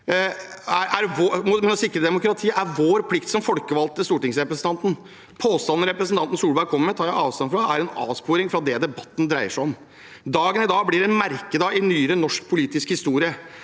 sikre demokratiet er vår plikt som folkevalgte stortingsrepresentanter. Påstandene representanten Solberg kommer med, tar jeg avstand fra. De er en avsporing av det debatten dreier seg om. Dagen i dag blir en merkedag i nyere norsk politisk historie.